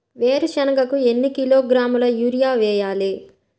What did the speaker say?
వేరుశనగకు ఎన్ని కిలోగ్రాముల యూరియా వేయాలి?